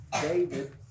David